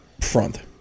front